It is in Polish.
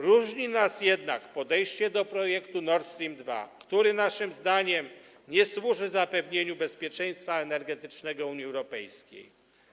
Różni nas jednak podejście do projektu Nord Stream II, który naszym zdaniem nie służy zapewnieniu bezpieczeństwa energetycznego Unii Europejskiej.